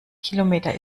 kilometer